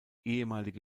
ehemalige